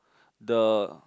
the